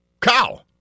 cow